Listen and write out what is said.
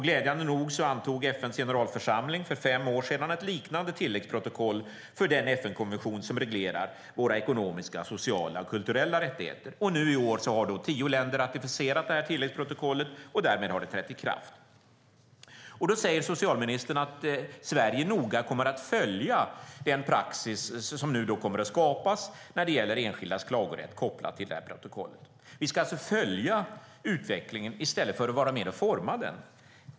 Glädjande nog antog FN:s generalförsamling för fem år sedan ett liknande tilläggsprotokoll för den FN-konvention som reglerar våra ekonomiska, sociala och kulturella rättigheter. I år har tio länder ratificerat tilläggsprotokollet, och därmed har det trätt i kraft. Då säger socialministern att Sverige noga kommer att följa den praxis som nu kommer att skapas när det gäller enskildas klagorätt kopplat till det här protokollet. Vi ska alltså följa utvecklingen i stället för att vara med och forma den.